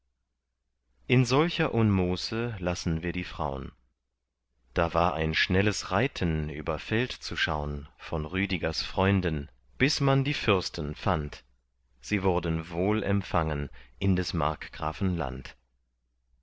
in solcher unmuße lassen wir die fraun da war ein schnelles reiten über feld zu schaun von rüdigers freunden bis man die fürsten fand sie wurden wohl empfangen in des markgrafen land